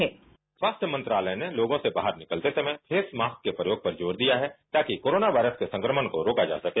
bite स्वास्थ्य मंत्रालय ने लोगों से बाहर निकलते समय फेस मास्क के प्रयोग पर जोर दिया है ताकि कोरोना वायरस के संक्रमण को रोका जा सके